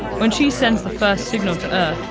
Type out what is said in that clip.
when she sends the first signal to earth,